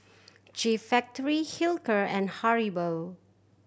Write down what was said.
G Factory Hilker and Haribo